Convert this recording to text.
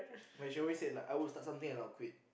when she always say like I will start something and I'll quit